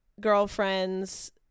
girlfriends